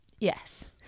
Yes